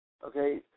Okay